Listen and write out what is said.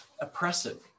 oppressive